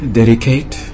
dedicate